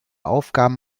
aufgaben